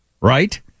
right